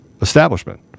establishment